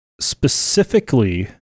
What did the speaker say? specifically